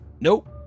Nope